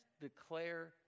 declare